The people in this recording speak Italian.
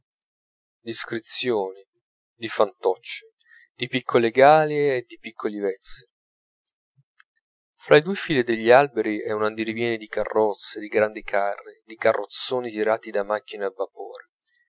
d'iscrizioni di fantocci di piccole gale e di piccoli vezzi fra le due file degli alberi è un andirivieni di carrozze di grandi carri di carrozzoni tirati da macchine a vapore